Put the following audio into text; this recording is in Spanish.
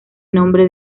nombre